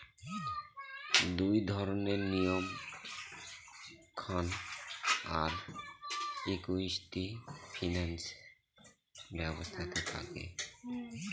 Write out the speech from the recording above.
দুই ধরনের নিয়ম ঋণ আর ইকুইটি ফিনান্স ব্যবস্থাতে থাকে